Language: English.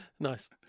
nice